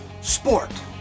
sport